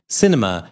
cinema